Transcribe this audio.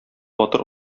батыр